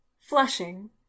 Flushing